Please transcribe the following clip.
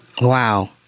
Wow